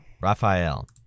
Raphael